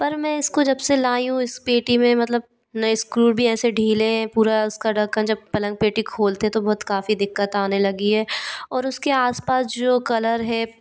पर मैं इसको जब से लाई हूँ इस पेठी में मतलब ना इस्क्रू भी ऐसे ढीले हैं पूरा उसका ढक्कन जब पलंग पेठी खोलते तो बहुत काफ़ी दिक्कत आने लगी है और उसके आस पास जो कलर है